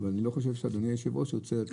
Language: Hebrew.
ואני לא חושב שאדוני היושב ראש רוצה את זה.